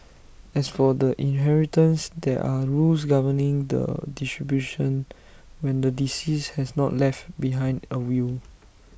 as for the inheritance there are rules governing the distribution when the deceased has not left behind A will